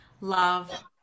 love